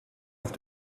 auf